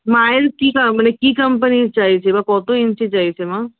মায়ের কি টা মানে কি কোম্পানি চাইছে বা কত ইঞ্চি চাইছে মা